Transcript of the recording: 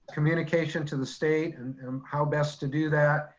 communication to the state and um how best to do that,